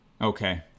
Okay